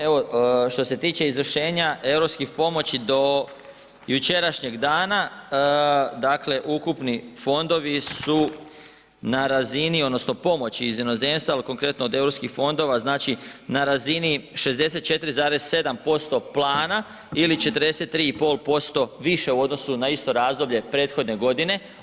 Evo, što se tiče izvršenja europskih pomoći do jučerašnjeg dana dakle ukupni fondovi su na razini odnosno pomoći iz inozemstva ali konkretno od europskih fondova znači na razini 64,7% plana ili 43,5% više u odnosu na isto razdoblje prethodne godine.